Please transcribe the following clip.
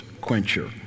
quencher